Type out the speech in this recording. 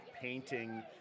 painting